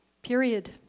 Period